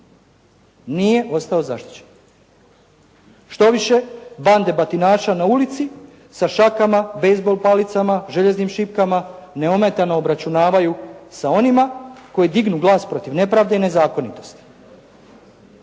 Nije ostao zaštićen. Štoviše, bande batinaša na ulici sa šakama, bejzbol palicama, željeznim šipkama neometano obračunavaju sa onima koji dignu glas protiv nepravde i nezakonitosti.